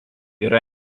yra